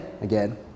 again